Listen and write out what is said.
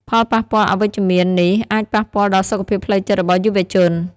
ផលប៉ះពាល់អវិជ្ជមាននេះអាចប៉ះពាល់ដល់សុខភាពផ្លូវចិត្តរបស់យុវជន។